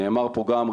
נאמר פה גם,